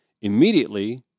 Immediately